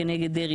כנגד דרעי,